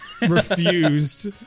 refused